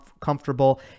comfortable